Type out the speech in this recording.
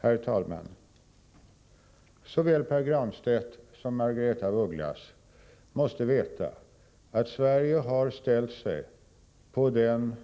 Herr talman! Såväl Pär Granstedt som Margaretha af Ugglas måste veta att Sverige har ställt sig på den